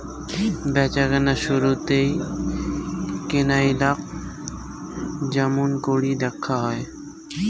ব্যাচাকেনার শুরুতেই কেনাইয়ালাক য্যামুনকরি দ্যাখা হয়